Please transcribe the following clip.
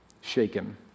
shaken